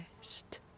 best